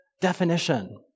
definition